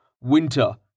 winter